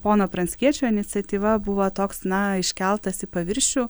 pono pranckiečio iniciatyva buvo toks na iškeltas į paviršių